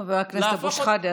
חבר הכנסת אבו שחאדה,